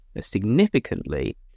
significantly